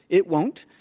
it won't.